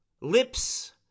lips